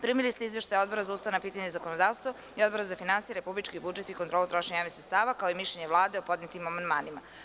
Primili ste izveštaje Odbora za ustavna pitanja i zakonodavstvo i Odbora za finansije, republički budžet i kontrolu trošenja javnih sredstava kao i mišljenje Vlade o podnetim amandmanima.